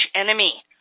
enemy